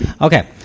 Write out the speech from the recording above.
Okay